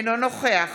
אינו נוכח